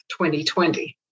2020